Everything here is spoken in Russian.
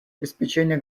обеспечения